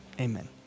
amen